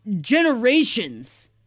generations